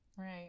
Right